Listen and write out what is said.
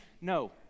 No